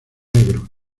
negros